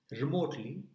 remotely